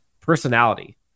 personality